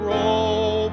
Roll